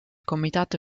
comitato